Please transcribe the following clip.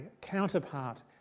counterpart